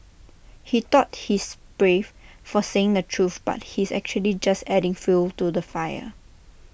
he thought he's brave for saying the truth but he's actually just adding fuel to the fire